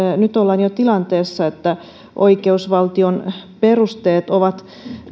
nyt ollaan jo tilanteessa että oikeusvaltion perusteet ovat